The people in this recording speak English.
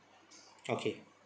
okay